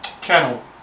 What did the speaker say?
channel